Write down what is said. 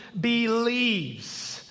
believes